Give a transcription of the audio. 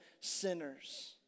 sinners